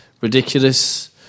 ridiculous